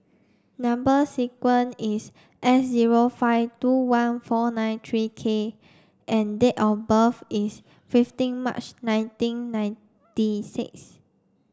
number sequence is S zero five two one four nine three K and date of birth is fifteen March nineteen ninety six